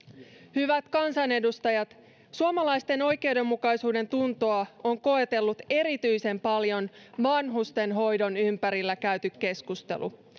hyvät kansanedustajat suomalaisten oikeudenmukaisuudentuntoa on koetellut erityisen paljon vanhustenhoidon ympärillä käyty keskustelu